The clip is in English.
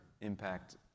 impact